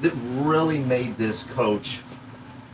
that really made this coach